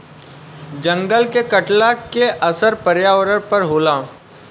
जंगल के कटला के असर पर्यावरण पर होला